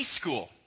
school